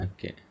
Okay